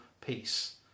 peace